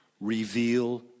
reveal